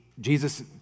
Jesus